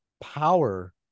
power